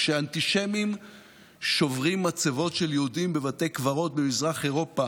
כשאנטישמים שוברים מצבות של יהודים בבתי קברות במזרח אירופה,